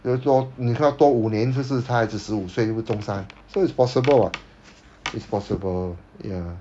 比如说你看多五年就是他孩子十五岁又不是中三 so it's possible [what] it's possible ya